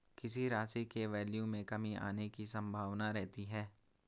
किसी राशि के वैल्यू में कमी आने की संभावना रहती है